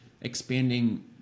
expanding